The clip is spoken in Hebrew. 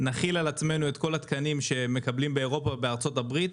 נחיל על עצמנו את כל התקנים שמקבלים באירופה ובארצות הברית